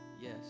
Yes